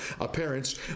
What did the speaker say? appearance